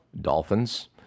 dolphins